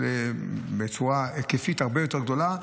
בצורה היקפית הרבה יותר גדולה,